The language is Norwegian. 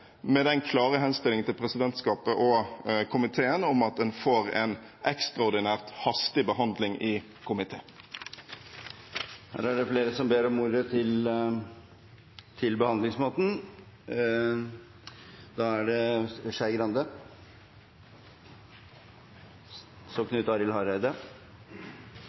med den klare henstilling til presidentskapet og komiteen om at den får en ekstraordinært hastig behandling i komité. Det er flere som har bedt om ordet til behandlingsmåten – Trine Skei Grande, vær så